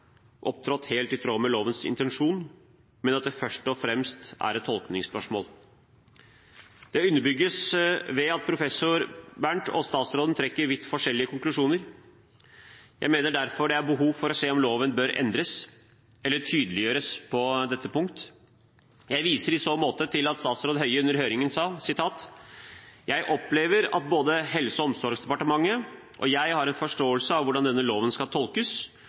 opptrådt helt i tråd med lovens intensjon, men at det først og fremst er et tolkningsspørsmål. Det underbygges ved at professor Bernt og statsråden trekker vidt forskjellige konklusjoner. Jeg mener derfor det er behov for å se på om loven bør endres eller tydeliggjøres på dette punkt. Jeg viser i så måte til at statsråd Høie under høringen sa: «Jeg opplever at både Helse- og omsorgsdepartementet og jeg har en forståelse av hvordan denne loven skal tolkes,